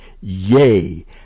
yea